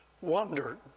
wondered